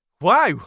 Wow